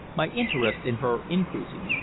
my interest in her increasing,